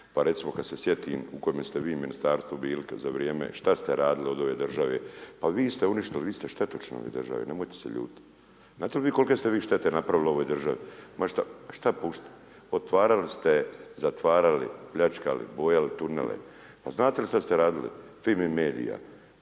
Pa recimo kad se sjetim u kojem ste vi ministarstvu bili za vrijeme, što ste radili od ove države, pa vi ste uništili, vi ste štetočina ove države nemojte se ljutiti. Znate li vi kolike ste vi štete napravili ovoj državi? Ma što pusti, otvarali ste, zatvarali, pljačkali, bojali tunele. Pa znate što ste radili? Fimi medija,